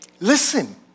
Listen